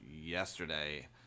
yesterday